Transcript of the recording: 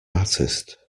artist